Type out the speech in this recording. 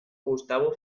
gustavo